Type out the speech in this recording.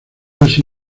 así